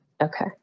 Okay